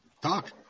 talk